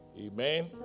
Amen